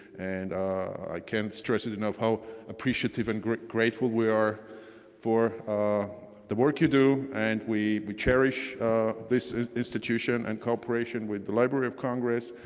and i can't stress it enough how appreciative and grateful we are for the work you do. and we we cherish this institution and cooperation with the library of congress.